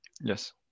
Yes